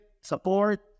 support